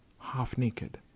half-naked